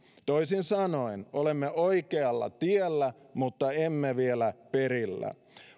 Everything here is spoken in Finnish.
toisin sanoen olemme oikealla tiellä mutta emme vielä perillä